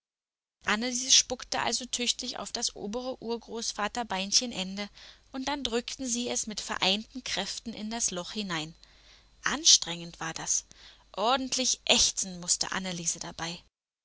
anneliese spuckte also tüchtig auf das obere urgroßvater beinchenende und dann drückten sie es mit vereinten kräften in das loch hinein anstrengend war das ordentlich ächzen mußte anneliese dabei